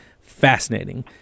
Fascinating